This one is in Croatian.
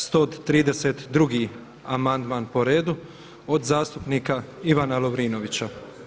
132. amandman po redu od zastupnika Ivana Lovrinovića.